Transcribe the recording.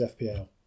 FPL